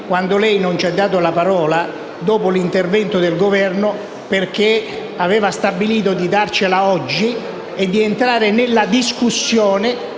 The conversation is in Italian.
quando lei ieri non ci ha dato la parola dopo l'intervento del Governo è stato perché aveva stabilito di darcela oggi e di entrare nella discussione.